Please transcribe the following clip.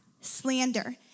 slander